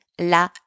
la